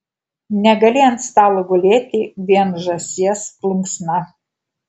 negali ant stalo gulėti vien žąsies plunksna